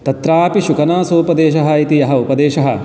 तत्रापि शुकनासोपदेशः इति यः उपदेशः